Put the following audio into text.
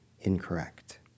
incorrect